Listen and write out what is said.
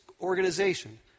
organization